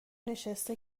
نشسته